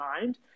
mind